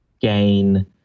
gain